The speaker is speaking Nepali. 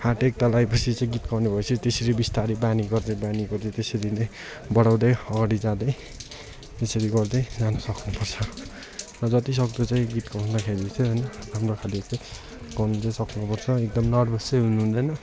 आँट एकताल आएपछि चाहिँ गीत गाउनु भएपछि त्यसरी बिस्तारै बानी गर्दै बानी गर्दै त्यसरी नै बढाउँदै अगाडि जाँदै त्यसरी गर्दै जान सक्नुपर्छ र जतिसक्दो चाहिँ गीत गाउँदाखेरि चाहिँ अनि हाम्रो खालि चाहिँ गाउनु चाहिँ सक्नुपर्छ एकदम नर्भस चाहिँ हुनुहुँदैन